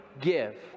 give